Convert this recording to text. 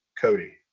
Cody